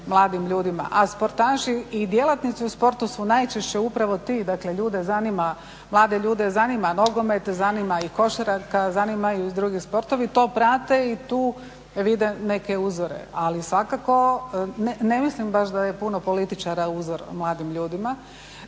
mladim ljudima a sportaši i djelatnici u sportu su najčešće upravo ti. Dakle, ljude zanima, mlade ljude zanima nogomet, zanima ih košarka, zanimaju ih drugi sportovi. To prate i tu vide neke uzore. Ali svakako ne mislim baš da je puno političara uzor mladim ljudima.